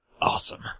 Awesome